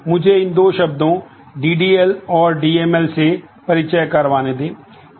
मुझे इन दो शब्दों DDL और DML से परिचय करवाने दे